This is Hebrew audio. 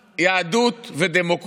אבל אני צריך שמי שיהיה איתי זה האיש שישב